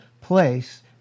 place